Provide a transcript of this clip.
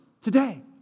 today